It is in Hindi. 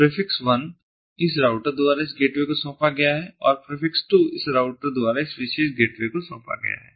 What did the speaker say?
तो प्रीफ़िक्स1 इस राउटर द्वारा इस गेटवे को सौंपा गया है और प्रीफ़िक्स2 इस राउटर द्वारा इस विशेष गेटवे को सौंपा गया है